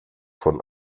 von